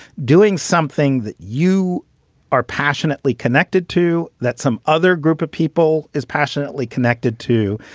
doing something that you are passionately connected to, that some other group of people is passionately connected to,